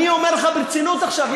אני אומר לך ברצינות עכשיו.